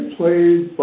played